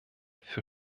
für